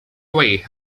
away